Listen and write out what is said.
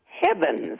heavens